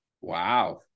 Wow